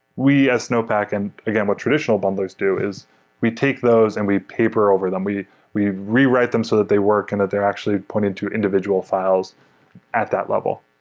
we as snowpack and, again, what traditional bundlers do, is we take those and we paper over them. we we rewrite them so that they work and that they're actually pointed to individual files at that level.